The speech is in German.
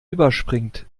überspringt